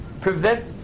prevent